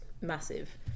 massive